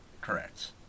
Correct